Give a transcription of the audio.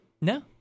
No